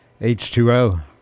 H2O